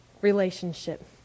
Relationship